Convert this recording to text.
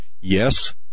Yes